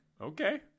okay